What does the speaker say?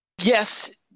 yes –